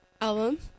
album